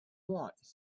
want